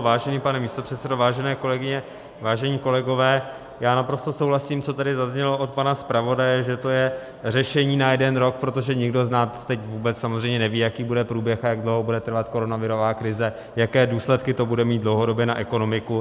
Vážený pane místopředsedo, vážené kolegyně, vážení kolegové, já naprosto souhlasím s tím, co tady zaznělo od pana zpravodaje, že to je řešení na jeden rok, protože nikdo z nás teď vůbec samozřejmě neví, jaký bude průběh a jak dlouho bude trvat koronavirová krize, jaké důsledky to bude mít dlouhodobě na ekonomiku.